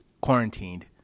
quarantined